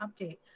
update